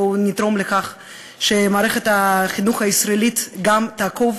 בואו נתרום לכך שמערכת החינוך הישראלית גם תעקוב,